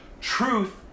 Truth